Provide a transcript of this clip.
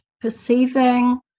perceiving